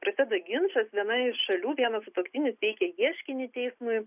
prasideda ginčas viena iš šalių vienas sutuoktinis teikia ieškinį teismui